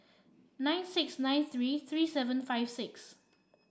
nine six nine three three seven five six